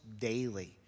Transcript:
daily